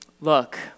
Look